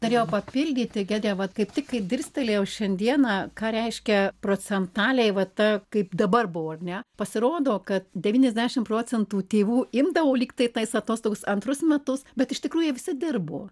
norėjau papildyti giedrę vat kaip tik dirstelėjau šiandieną ką reiškia procentaliai va ta kaip dabar buvo ar ne pasirodo kad devyniasdešim procentų tėvų imdavo lyg tai tais atostogas antrus metus bet iš tikrųjų jie visi dirbo